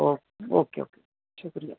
okay okay ठीक ऐ